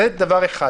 זה דבר אחד.